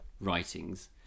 writings